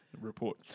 Report